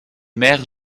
mère